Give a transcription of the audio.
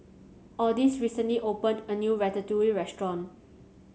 Odis recently opened a new Ratatouille restaurant